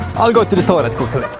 i will go to the toilet quickly.